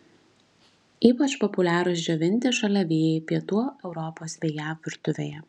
ypač populiarūs džiovinti šalavijai pietų europos bei jav virtuvėje